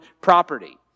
property